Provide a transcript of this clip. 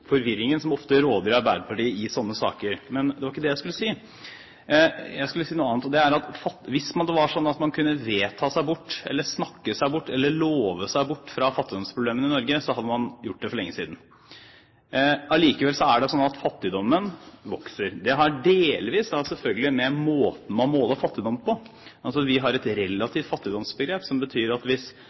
forvirringen som råder i Arbeiderpartiet i slike saker. Men det var ikke det jeg skulle si. Jeg skulle si noe annet, og det er at hvis det var slik at man kunne vedta seg bort, snakke seg bort eller love seg bort fra fattigdomsproblemene i Norge, hadde man gjort det for lenge siden. Likevel er det slik at fattigdommen vokser. Det har selvfølgelig delvis med måten man måler fattigdom på, å gjøre. Vi har et relativt fattigdomsbegrep, som betyr at hvis